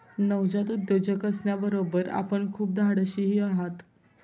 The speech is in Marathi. नवजात उद्योजक असण्याबरोबर आपण खूप धाडशीही आहात